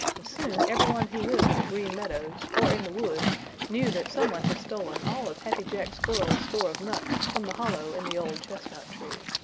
and soon every one who lived in the green meadows or in the wood knew that some one had stolen all of happy jack squirrel's store of nuts from the hollow in the old chestnut tree.